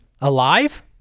alive